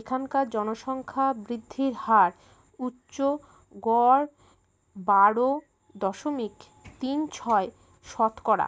এখানকার জনসংখ্যা বৃদ্ধির হার উচ্চ গড় বারো দশমিক তিন ছয় শতকরা